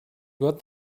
got